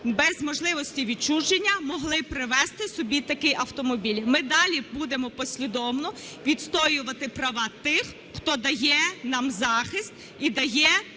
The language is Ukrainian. без можливості відчуження могли привести собі такий автомобіль. Ми далі будемо послідовно відстоювати права тих, хто дає нам захист і дає